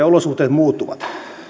olosuhteet muuttuvat